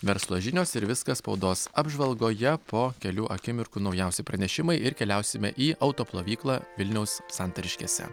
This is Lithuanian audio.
verslo žinios ir viskas spaudos apžvalgoje po kelių akimirkų naujausi pranešimai ir keliausime į auto plovyklą vilniaus santariškėse